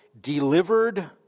delivered